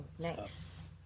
nice